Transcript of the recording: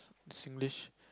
Singlish